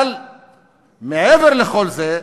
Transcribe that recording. אבל מעבר לכל זה,